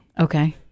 Okay